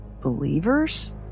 believers